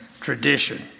tradition